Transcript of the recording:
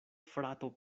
frato